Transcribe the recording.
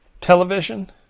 television